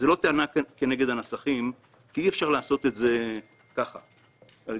זו לא טענה כנגד הנסחים מכיוון שאי-אפשר לעשות זאת כהרף עין.